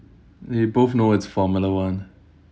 we both know it's formula one